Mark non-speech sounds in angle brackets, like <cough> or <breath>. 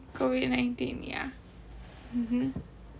COVID nineteen yeah mmhmm <breath>